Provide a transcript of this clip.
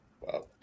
Wow